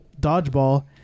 dodgeball